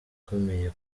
ukomeye